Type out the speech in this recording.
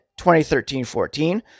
2013-14